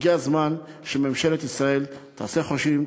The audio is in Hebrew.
הגיע הזמן שממשלת ישראל תעשה חושבים,